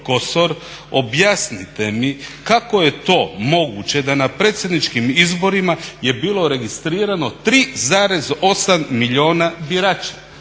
Kosor objasnite mi kako je to moguće da na predsjedničkim izborima je bilo registrirano 3,8 milijuna birača.